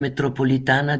metropolitana